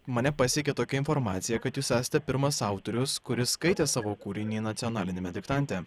mane pasiekė tokia informacija kad jūs esate pirmas autorius kuris skaitė savo kūrinį nacionaliniame diktante